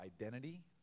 identity